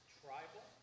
tribal